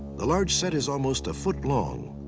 the large set is almost a foot long,